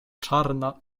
czarna